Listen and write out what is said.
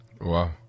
Wow